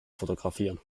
fotografieren